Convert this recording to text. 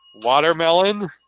Watermelon